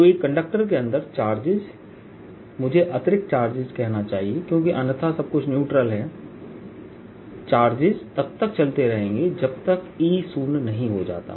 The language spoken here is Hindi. तो एक कंडक्टर के अंदर चार्जेस मुझे अतिरिक्त चार्जेस कहना चाहिए क्योंकि अन्यथा सब कुछ न्यूट्रल है चार्जेस तब तक चलते रहेंगे जब तक E शून्य नहीं हो जाता